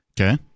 Okay